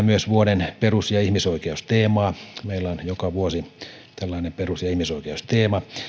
myös vuoden perus ja ihmisoikeusteemaa meillä on joka vuosi tällainen perus ja ihmisoikeusteema